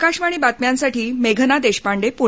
आकाशवाणी बातम्यांसाठी मेघना देशपांडे प्णे